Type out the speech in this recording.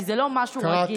כי זה לא משהו רגיל.